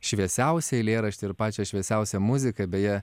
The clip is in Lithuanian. šviesiausią eilėraštį ir pačią šviesiausią muziką beje